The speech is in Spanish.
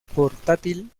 portátil